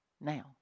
now